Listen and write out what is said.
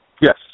Yes